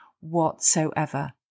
whatsoever